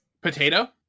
Potato